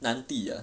南帝 uh